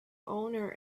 owner